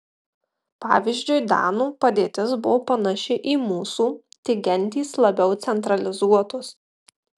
pavyzdžiui danų padėtis buvo panaši į mūsų tik gentys labiau centralizuotos